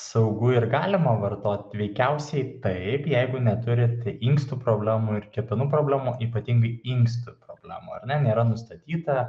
saugu ir galima vartot veikiausiai taip jeigu neturit inkstų problemų ir kepenų problemų ypatingai inkstų problemų ar ne nėra nustatyta